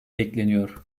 bekleniyor